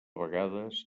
vegades